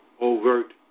overt